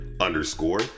underscore